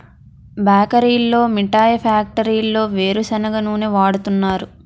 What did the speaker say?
బేకరీల్లో మిఠాయి ఫ్యాక్టరీల్లో వేరుసెనగ నూనె వాడుతున్నారు